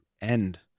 end